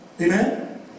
Amen